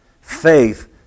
Faith